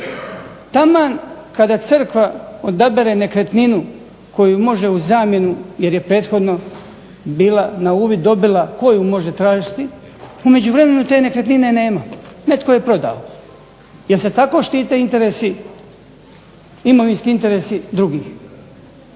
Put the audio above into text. Taman kada crkva odabere nekretninu koja može zamjenu jer je prethodno bila na uvid dobila koju može tražiti, u međuvremenu te nekretnine nema, netko je prodao. Jer se tako štite interesi imovinski interesi drugih.